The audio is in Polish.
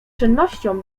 czynnością